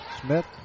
Smith